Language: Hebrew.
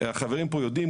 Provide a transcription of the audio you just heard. החברים פה יודעים,